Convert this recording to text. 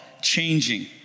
changing